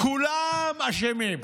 כולם אשמים.